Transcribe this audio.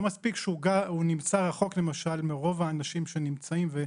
לא מספיק שהוא נמצא רחוק למשל מרוב האנשים שנמצאים,